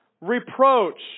reproach